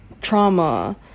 trauma